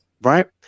right